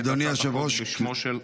החוק בשמו --- אדוני היושב-ראש --- רגע,